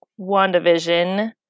WandaVision